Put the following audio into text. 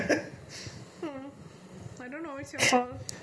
I'm not sure if its an emergency because he's calling twice